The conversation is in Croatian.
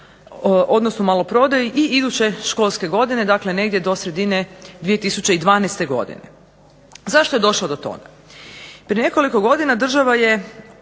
odnosno maloprodaji i iduće školske godine dakle negdje do sredine 2012. godine. Zašto je došlo do toga? Prije nekoliko godina država je